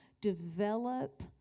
develop